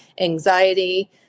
anxiety